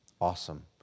awesome